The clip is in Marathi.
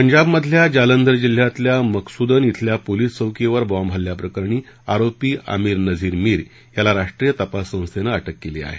पंजाबमधल्या जालंधर जिल्ह्यातल्या मकसूदन इथल्या पोलीस चौकीवर बाँब हल्ल्याप्रकरणी आरोपी आमीर नझीर मिर याला राष्ट्रीय तपास संस्थेनं अटक केली आहे